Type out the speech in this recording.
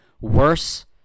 worse